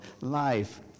life